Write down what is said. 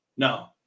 No